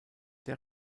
der